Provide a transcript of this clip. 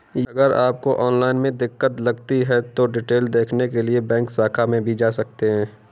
अगर आपको ऑनलाइन में दिक्कत लगती है तो डिटेल देखने के लिए बैंक शाखा में भी जा सकते हैं